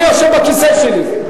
אני יושב בכיסא שלי,